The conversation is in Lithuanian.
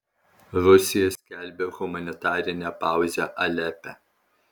rusija skelbia humanitarinę pauzę alepe